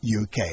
uk